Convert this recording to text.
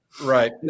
right